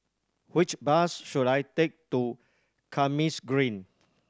which bus should I take to Kismis Green